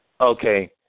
Okay